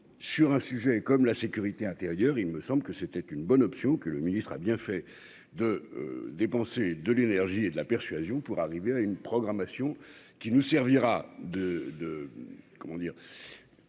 sur un sujet comme la sécurité intérieure, il me semble que c'était une bonne option que le ministre a bien fait de dépenser de l'énergie et de la persuasion pour arriver à une programmation qui nous servira de de comment dire